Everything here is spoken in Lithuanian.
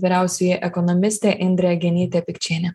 vyriausioji ekonomistė indrė genytė pikčienė